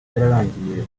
yararangiye